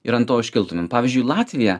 ir ant to užkiltumėm pavyzdžiui latvija